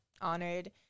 honored